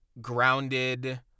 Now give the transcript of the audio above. grounded